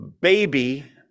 baby